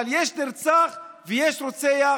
אבל יש נרצח ויש רוצח.